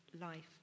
life